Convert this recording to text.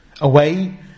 away